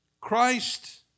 Christ